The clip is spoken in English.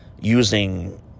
using